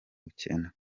bukene